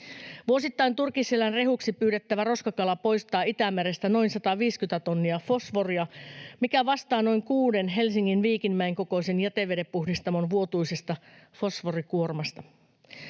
Vuosittain turkiseläinrehuksi pyydettävä roskakala poistaa Itämerestä noin 150 tonnia fosforia, mikä vastaa noin kuuden Helsingin Viikinmäen kokoisen jätevedenpuhdistamon vuotuista fosforikuormaa.